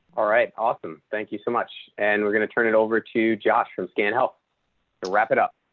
all right, awesome. thank you so much. and we're going to turn it over to joshua can help wrap it up.